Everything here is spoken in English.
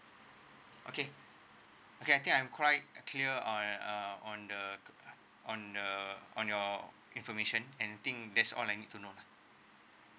okay okay I think I'm quite clear on uh on the on the on your information and think that's all I need to know lah